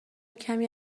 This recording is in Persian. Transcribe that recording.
کمی